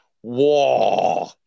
Whoa